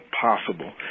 possible